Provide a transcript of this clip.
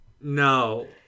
No